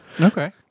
Okay